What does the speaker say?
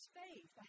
faith